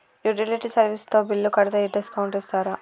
Utility service తో bill కడితే discount ఇస్తరా?